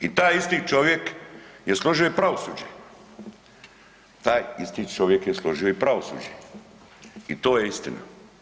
I taj isti čovjek je složio i pravosuđe, taj isti čovjek je složio i pravosuđe i to je istina.